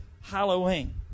Halloween